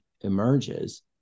emerges